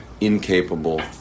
incapable